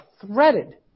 threaded